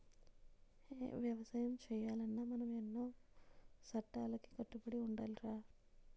ఎగసాయం సెయ్యాలన్నా మనం ఎన్నో సట్టాలకి కట్టుబడి ఉండాలిరా